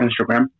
Instagram